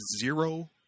zero